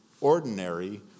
ordinary